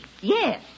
Yes